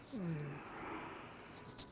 मला नवीन credit card कसे मिळेल?